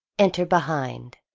enter, behind,